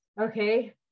okay